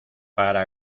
para